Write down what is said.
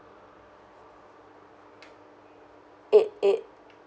eight eight